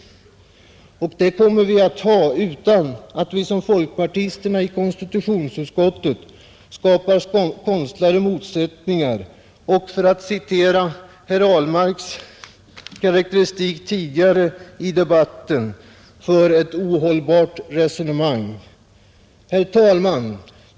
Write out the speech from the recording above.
Och det kommer vi också att ha utan att, som folkpartisterna i konstitutionsutskottet, skapa konstlade motsättningar och — för att citera herr Ahlmarks karakteristik tidigare i debatten — ”föra ett ohållbart resonemang”. Herr talman!